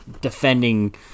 defending